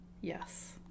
Yes